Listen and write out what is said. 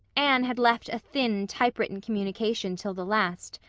anne had left a thin, typewritten communication till the last,